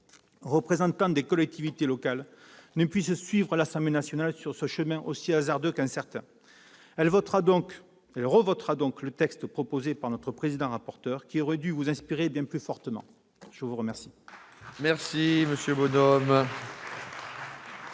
représente les collectivités locales ne puisse suivre l'Assemblée nationale sur un chemin aussi hasardeux qu'incertain. Elle revotera donc le texte proposé par notre président-rapporteur, qui aurait dû vous inspirer bien plus fortement. La discussion